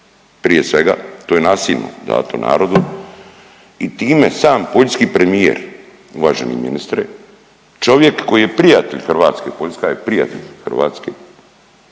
Prije svega, to je nasilno dato narodu i time sam poljski premijer, uvaženi ministre, čovjek koji je prijatelj Hrvatske, Poljska je prijatelj Hrvatske,